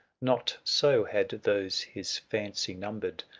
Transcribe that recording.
not so had those his fancy numbered,